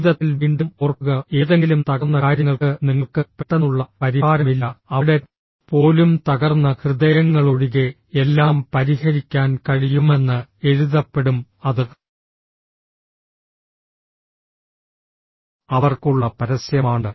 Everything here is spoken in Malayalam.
ജീവിതത്തിൽ വീണ്ടും ഓർക്കുക ഏതെങ്കിലും തകർന്ന കാര്യങ്ങൾക്ക് നിങ്ങൾക്ക് പെട്ടെന്നുള്ള പരിഹാരമില്ല അവിടെ പോലും തകർന്ന ഹൃദയങ്ങളൊഴികെ എല്ലാം പരിഹരിക്കാൻ കഴിയുമെന്ന് എഴുതപ്പെടും അത് അവർക്കുള്ള പരസ്യമാണ്